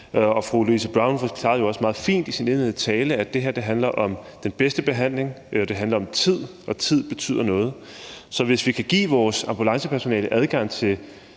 og fru Louise Brown forklarede jo også meget fint i sin indledende tale, at det her handler om den bedste behandling, og at det handler om tid – tid betyder noget. Så hvis vi kan give vores ambulancepersonale adgang til